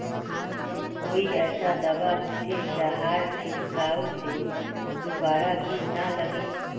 कोई ऐसा दवा होचे जहार छीरकाओ से दोबारा किट ना लगे?